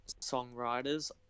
songwriters